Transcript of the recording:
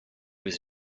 was